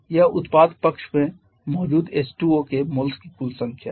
यह उत्पाद में मौजूद H2O के मोल्स की कुल संख्या है